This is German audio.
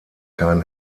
kein